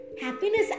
Happiness